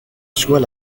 soit